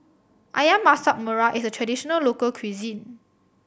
Ayam Masak Merah is a traditional local cuisine